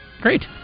Great